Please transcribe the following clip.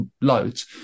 loads